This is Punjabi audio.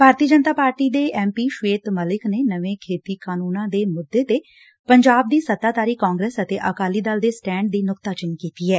ਭਾਰਤੀ ਜਨਤਾ ਪਾਰਟੀ ਦੇ ਐਮਪੀ ਸ਼ਵੇਤ ਮਲਿਕ ਨੇ ਨਵੇ ਖੇਤੀ ਕਾਨੂੰਨਾਂ ਦੇ ਮੁੱਦੇ ਤੇ ਪੰਜਾਬ ਦੀ ਸੱਤਾਧਾਰੀ ਕਾਂਗਰਸ ਅਤੇ ਅਕਾਲੀ ਦਲ ਦੇ ਸਟੈਡ ਦੀ ਨੁਕਤਾਚੀਨੀ ਕੀਤੀ ਐ